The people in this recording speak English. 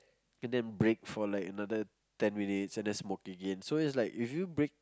and then break for like another ten minutes and then smoking in so it's like if you break